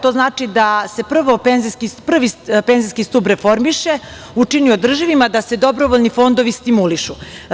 To znači da se prvi penzijski stub reformiše, učini održivim, a da se dobrovoljni fondovi stimulišu.